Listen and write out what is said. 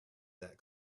that